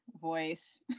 voice